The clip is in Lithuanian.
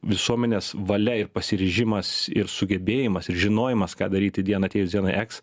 visuomenės valia ir pasiryžimas ir sugebėjimas ir žinojimas ką daryti dienai atėjus dienai eks